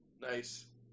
Nice